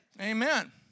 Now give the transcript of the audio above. Amen